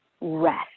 rest